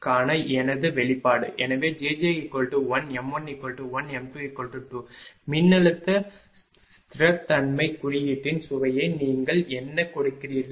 எனவே jj1 m11 m22 மின்னழுத்த ஸ்திரத்தன்மை குறியீட்டின் சுவையை நீங்கள் என்ன கொடுக்கிறீர்கள்